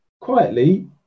Quietly